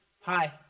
Hi